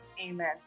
Amen